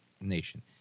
nation